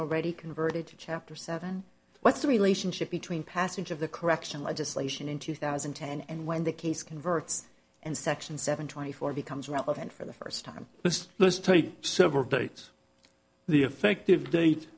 already converted to chapter seven what's the relationship between passage of the correction legislation in two thousand and ten and when the case converts and section seven twenty four becomes relevant for the first time let's take several dates the effective da